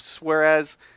whereas